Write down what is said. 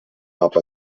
cap